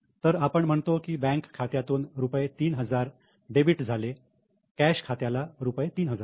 तर आपण म्हणतो की बँक खात्यातून रुपये 3000 डेबिट झाले कॅश खात्याला रुपये 3000